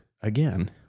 again